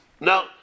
No